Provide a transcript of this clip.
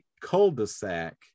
cul-de-sac